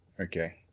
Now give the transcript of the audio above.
okay